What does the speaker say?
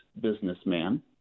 businessman